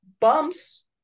bumps